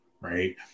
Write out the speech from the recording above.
right